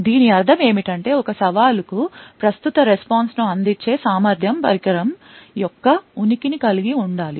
దీని అర్థం ఏమిటంటే ఒక సవాలుకు ప్రస్తుత response ను అందించే సామర్థ్యం పరికరం యొక్క ఉనికిని కలిగి ఉండాలి